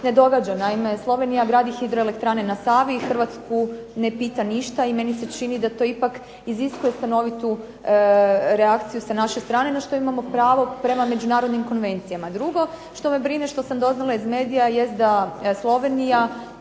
ne događa, naime Slovenija gradi hidroelektrane na Savi, Hrvatsku ne pita ništa i meni se čini da to ipak iziskuje stanovitu reakciju sa naše strane na što imamo pravo prema međunarodnim konvencijama. Drugo što me brine, što sam doznala iz medija je da Slovenija